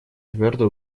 твердо